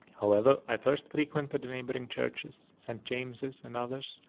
however, i first frequented the neighbouring churches, st. james's, and others,